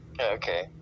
Okay